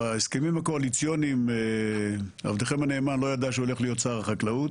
בהסכמים הקואליציוניים עבדכם הנאמן לא ידע שהוא הולך להיות שר החקלאות